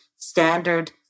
standard